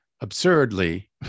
absurdly